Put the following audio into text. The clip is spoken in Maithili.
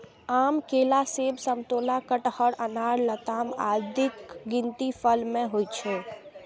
आम, केला, सेब, समतोला, कटहर, अनार, लताम आदिक गिनती फल मे होइ छै